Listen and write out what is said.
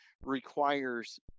requires